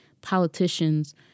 politicians